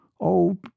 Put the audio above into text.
Oh